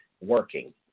working